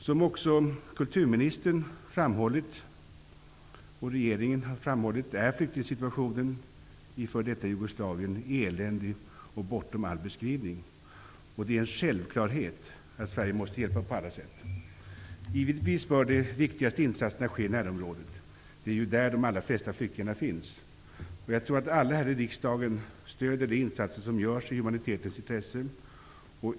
Som också kulturministern och regeringen framhållit är flyktingsituationen i f.d. Jugoslavien eländig och bortom all beskrivning. Det är en självklarhet att Sverige måste hjälpa till på alla sätt. Givetvis bör de viktigaste insatserna ske i närområdet. Det är ju där de allra flesta flyktingarna finns. Jag tror att alla här i riksdagen stödjer de insatser som görs i humanitetens intresse.